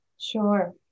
Sure